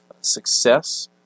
success